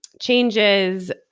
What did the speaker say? changes